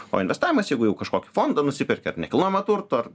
o investavimas jeigu jau kažkokį fondą nusiperki ar nekilnojamo turto ar